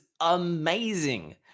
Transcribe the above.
amazing